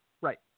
Right